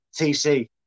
TC